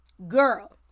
Girl